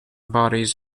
bodies